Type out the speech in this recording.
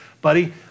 Buddy